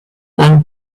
than